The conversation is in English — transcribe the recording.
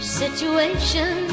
situation